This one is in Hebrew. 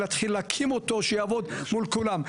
להתחיל להקים אותו שיעבוד מול כולם.